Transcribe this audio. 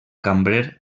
cambrer